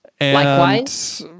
Likewise